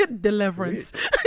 Deliverance